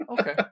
Okay